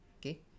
okay